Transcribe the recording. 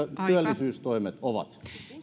työllisyystoimet ovat